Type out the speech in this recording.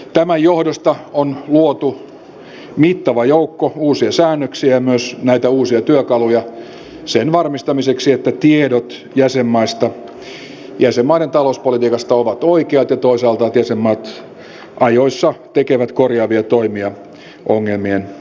tämän johdosta on luotu mittava joukko uusia säännöksiä ja myös näitä uusia työkaluja sen varmistamiseksi että tiedot jäsenmaista jäsenmaiden talouspolitiikasta ovat oikeat ja toisaalta että jäsenmaat ajoissa tekevät korjaavia toimia ongelmien ilmetessä